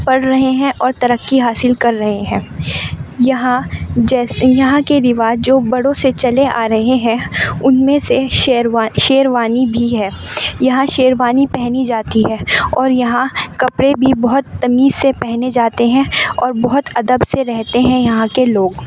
پڑھ رہے ہیں اور ترقی حاصل کر رہے ہیں یہاں جیسے یہاں کے رواج جو بڑوں سے چلے آ رہے ہیں ان میں سے شیروا شیروانی بھی ہے یہاں شیروانی پہنی جاتی ہے اور یہاں کپڑے بھی بہت تمیز سے پہنے جاتے ہیں اور بہت ادب سے رہتے ہیں یہاں کے لوگ